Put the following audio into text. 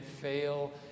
fail